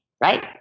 right